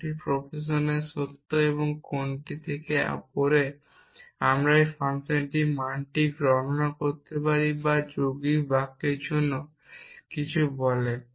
কোনটি প্রফেশনের সত্য এবং কোনটি থেকে পড়ে আমরা এই ফাংশনটি মান গণনা করতে পারি যা যৌগিক বাক্যের জন্য কিছু বলে